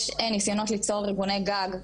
יש ניסיונות ליצור ארגוני גג,